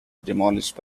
demolished